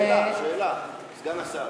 שאלה, שאלה, סגן השר,